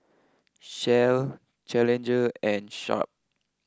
Shell Challenger and Sharp